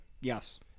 Yes